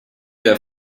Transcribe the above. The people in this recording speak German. der